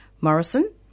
Morrison